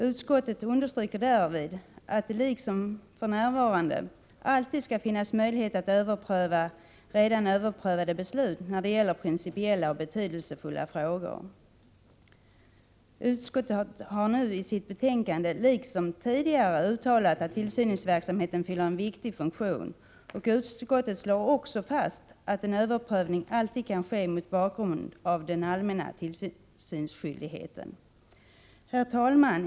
Utskottet understryker därvid att det, liksom för närvarande, alltid skall finnas möjlighet att överpröva redan överprövade beslut när det gäller principiella och betydelsefulla frågor. Utskottet har nu i sitt betänkande, liksom tidigare, uttalat att tillsynsverksamheten fyller en viktig funktion, och utskottet slår också fast att en överprövning alltid kan ske mot bakgrund av den allmänna tillsynsskyldigheten. Herr talman!